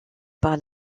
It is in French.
par